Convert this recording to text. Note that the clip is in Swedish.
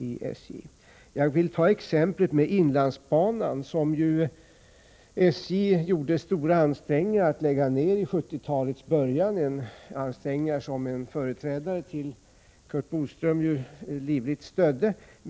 Jag vill här ta upp exemplet med inlandsbanan, som ju SJ gjorde stora ansträngningar för att lägga ned i 1970-talets början — ansträngningar som en företrädare till Curt Boström livligt stödde.